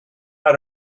how